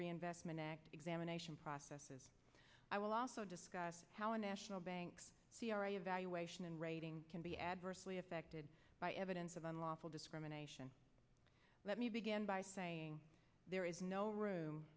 act examination processes i will also discuss how a national banks c r a evaluation and rating can be adversely affected by evidence of unlawful discrimination let me begin by saying there is no room